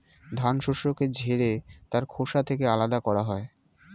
ধান শস্যকে ঝেড়ে তার খোসা থেকে আলাদা করা হয়